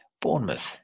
Bournemouth